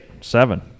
Seven